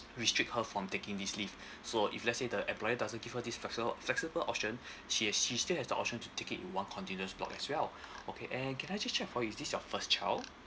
restrict her from taking this leave so if let say the employer doesn't give her this flexible flexible option she has she still have the option to take it in one continuous block as well okay and can I just check for you is this your first child